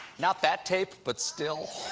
not that tape. but still.